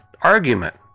argument